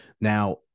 Now